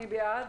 מי בעד?